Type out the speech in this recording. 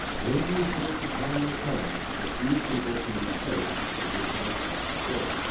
when do you think the time will come that these people can be placed in a position of self-support?